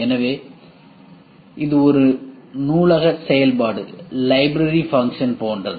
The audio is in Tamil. எனவே இது ஒரு நூலக செயல்பாடு போன்றது